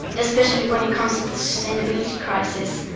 especially when it comes to the sustainability crisis,